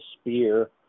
spear